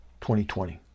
2020